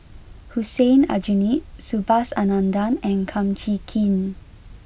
Hussein Aljunied Subhas Anandan and Kum Chee Kin